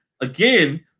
Again